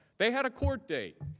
they had a court date.